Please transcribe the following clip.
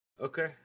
okay